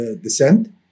descent